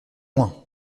loin